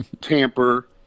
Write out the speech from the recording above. tamper